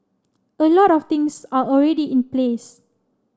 a lot of things are already in place